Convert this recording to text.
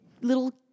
little